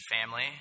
family